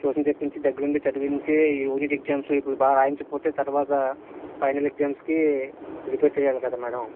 tuition చెప్పించి దగ్గరుండి చదివించి ఈ యూనిట్ ఎగ్జామ్సు ఇప్పుడు బాగా రాయించకపోతే తర్వాత ఫైనల్ ఎగ్జామ్స్కి ప్రిపేర్ చేయాలి కదా మేడం